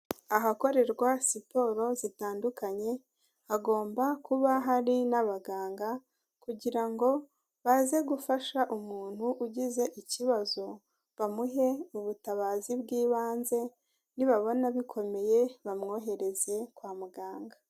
Ahakorerwa siporo zitandukanye, hagomba kuba hari n'abaganga, kugira ngo baze gufasha umuntu ugize ikibazo, bamuhe ubutabazi bw'ibanze, nibabona bikomeye bamwohereze kwa muganga.